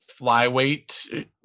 flyweight